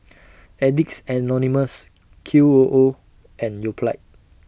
Addicts Anonymous Q O O and Yoplait